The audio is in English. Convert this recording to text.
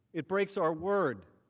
it breaks our word